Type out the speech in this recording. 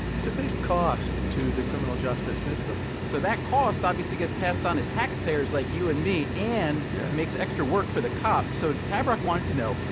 it's a big cost to the criminal justice system so that cost obviously gets passed on to taxpayers like you and me, and yeah makes extra work for the cops. so tabarrok wanted to know,